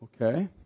okay